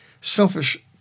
selfish